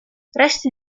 resti